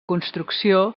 construcció